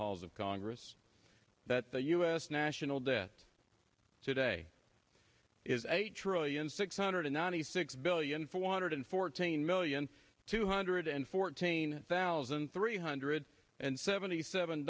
halls of congress that the u s national debt today is eight trillion six hundred ninety six billion four hundred fourteen million two hundred and fourteen thousand three hundred and seventy seven